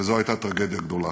וזו הייתה טרגדיה גדולה.